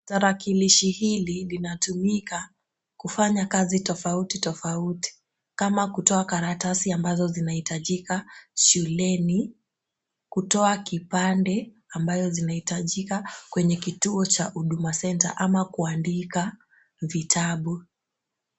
Tarakilishi hili linatumika kufanya kazi tofauti tofauti kama kutoa karatasi ambazo zinahitajika shuleni, kutoa kipande ambayo zinahitajika kwenye kituo cha Huduma Centre ama kuandika vitabu.